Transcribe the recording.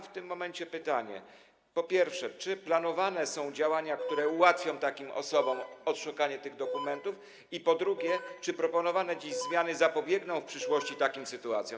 W tym momencie mam pytanie, po pierwsze, czy planowane są działania, które ułatwią takim osobom odszukanie tych dokumentów, a po drugie, czy proponowane dziś zmiany zapobiegną w przyszłości takim sytuacjom.